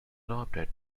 adopted